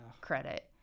credit